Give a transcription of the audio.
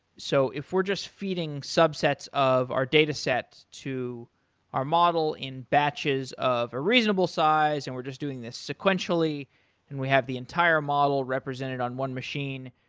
so if we're just feeding subsets of our datasets to our model in batches of a reasonable size and we're just doing this sequentially and we have the entire model represented on one machine,